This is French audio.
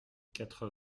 quatre